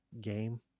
game